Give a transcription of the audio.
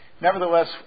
Nevertheless